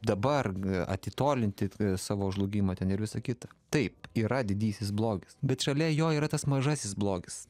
dabar atitolinti savo žlugimą ten ir visa kita taip yra didysis blogis bet šalia jo yra tas mažasis blogis